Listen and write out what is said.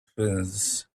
fence